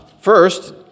First